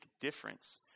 difference